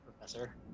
professor